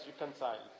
reconciled